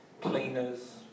cleaners